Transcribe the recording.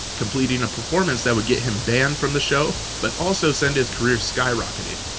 completing a performance that would get him banned from the show but also send his career skyrocketing.